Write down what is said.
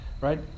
right